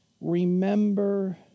remember